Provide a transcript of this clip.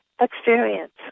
experience